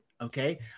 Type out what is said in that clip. Okay